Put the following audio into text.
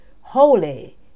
holy